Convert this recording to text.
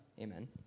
Amen